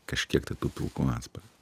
kažkiek tai tų pilkų atspalvių